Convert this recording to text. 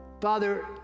Father